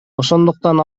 ошондуктан